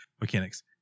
mechanics